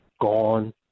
gone